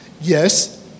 Yes